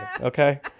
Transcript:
okay